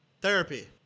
therapy